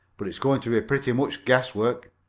but it's going to be pretty much guesswork.